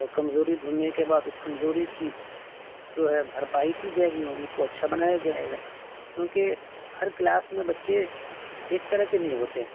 اور کمزوری ڈھڈنے کے بعد اس کمزوری کی جو ہے بھرپائی کی جائے گی ان کو اچھا بنایا جائے گا کیونکہ ہر کلاس میں بچے ایک طرح کے نہیں ہوتے ہیں